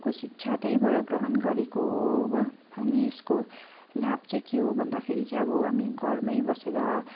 को शिक्षा त्यहीँबाट ग्रहण गरेको हो अनि यसको लाभ चाहिँ के हो भन्दाखेरि चाहिँ अब हामी घरमै बसेर